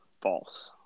False